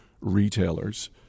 retailers